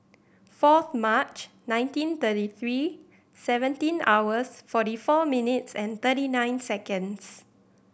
fourth March nineteen thirty three seventeen hours forty four minutes and thirty nine seconds